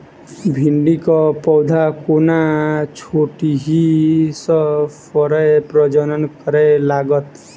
भिंडीक पौधा कोना छोटहि सँ फरय प्रजनन करै लागत?